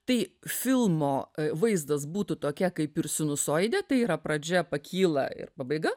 tai filmo vaizdas būtų tokia kaip ir sinusoidė tai yra pradžia pakyla ir pabaiga